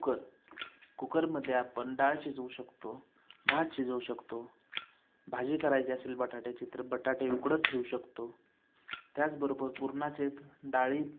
cooker कुकरमध्ये आपण डाळ शिजवू शकतो भात शिजवू शकतो भाजी करायची असेल बटाट्याची तर बटाटे उकडत ठेवू शकतो त्याचबरोबर पुरणाचे डाळी